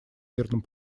мирном